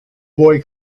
boy